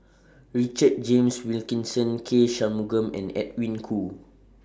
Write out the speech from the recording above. Richard James Wilkinson K Shanmugam and Edwin Koo